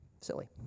Silly